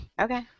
Okay